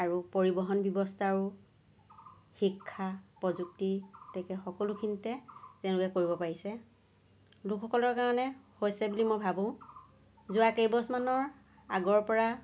আৰু পৰিবহন ব্যৱস্থাও শিক্ষা প্ৰযুক্তি এতেকে সকলোখিনিতে তেওঁলোকে কৰিব পাৰিছে লোকসকলৰ কাৰণে হৈছে বুলি মই ভাবোঁ যোৱা কেইবছৰমানৰ আগৰ পৰা